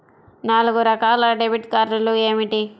నాలుగు రకాల డెబిట్ కార్డులు ఏమిటి?